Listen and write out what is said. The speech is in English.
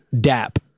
Dap